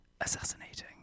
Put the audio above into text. assassinating